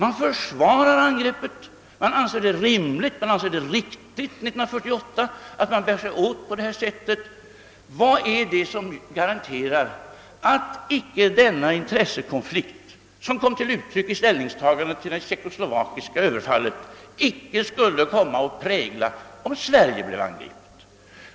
An 'greppet försvaras, man anser det rimligt och riktigt 1948 att bära sig åt på det sättet. Vad garanterar att den intressekonflikt som kom till uttryck vid ställningstagandet till överfallet på Tjeckoslovakiet inte skulle komma att prägla kommunisterna om Sverige blev angripet?